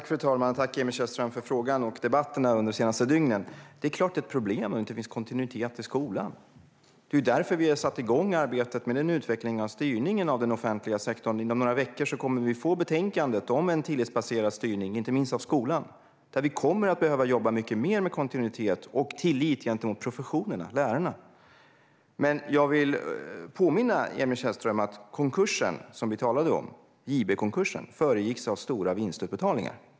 Fru talman! Tack, Emil Källström, för frågan och för debatterna under de senaste dygnen! Det är klart att det är ett problem om det inte finns kontinuitet i skolan. Det är ju därför vi har satt igång arbetet med en utveckling av styrningen av den offentliga sektorn. Inom några veckor kommer vi att få betänkandet om en tillitsbaserad styrning av inte minst skolan. Vi kommer att behöva jobba mycket mer med kontinuitet och tillit gentemot professionerna, lärarna. Jag vill påminna Emil Källström om att konkursen som vi talade om, JB-konkursen, föregicks av stora vinstutbetalningar.